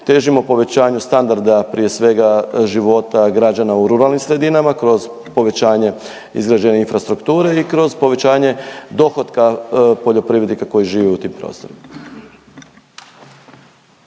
težimo povećanju standarda prije svega života građana u ruralnim sredinama kroz povećanje izgrađene infrastrukture i kroz povećanja dohotka poljoprivrednika koji žive u tim prostorima.